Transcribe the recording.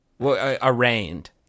arraigned